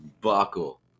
Buckle